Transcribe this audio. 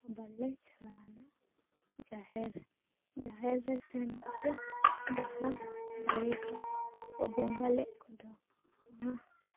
ᱟᱵᱟᱞᱞᱮ ᱪᱟᱞᱟᱣᱮᱱᱟ ᱡᱟᱦᱮᱨ ᱡᱟᱦᱮᱨ ᱨᱮ ᱥᱮᱱ ᱠᱟᱛᱮ ᱡᱟᱦᱟ ᱫᱟᱲᱮ ᱠᱚ ᱵᱚᱸᱜᱟ ᱞᱮᱜ ᱠᱚᱫᱚ ᱚᱱᱟ